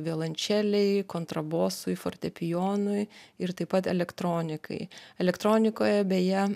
violončelei kontrabosui fortepijonui ir taip pat elektronikai elektronikoje beje